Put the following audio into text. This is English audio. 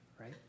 right